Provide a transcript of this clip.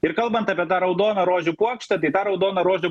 ir kalbant apie tą raudonų rožių puokštę tai tą raudoną rožių